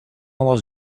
was